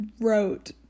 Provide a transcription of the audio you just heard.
wrote